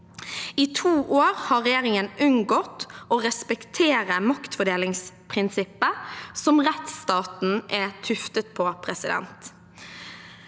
I to år har regjeringen unngått å respektere maktfordelingsprinsippet, som rettsstaten er tuftet på. Benedikte